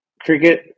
cricket –